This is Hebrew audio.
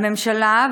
הממשלה,